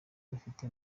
bafite